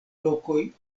lokoj